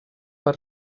per